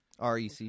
REC